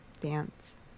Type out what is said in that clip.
dance